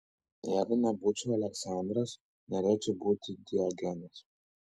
jeigu nebūčiau aleksandras norėčiau būti diogenas